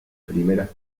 primeras